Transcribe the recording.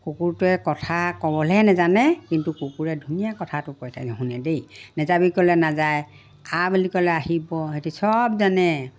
কুকুৰটোৱে কথা ক'বলৈহে নাজানে কিন্তু কুকুৰে ধুনীয়া কথাটো শুনে দেই নাযাবি ক'লে নাযায় আহ বুলি ক'লে আহিব সিহঁতে চব জানে